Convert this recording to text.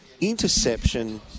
interception